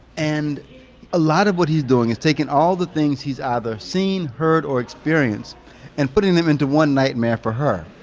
and a lot of what he's doing is taking all the things he's either seen, heard, or experienced and putting them into one nightmare for her.